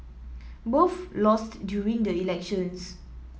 both lost during the elections